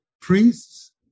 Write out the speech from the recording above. priests